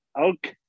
Okay